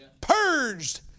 purged